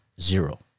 zero